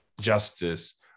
justice